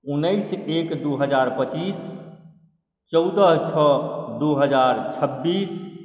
उनैस एक दू हजार पचीस चौदह छओ दू हजार छब्बीस